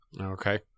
Okay